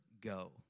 go